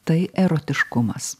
tai erotiškumas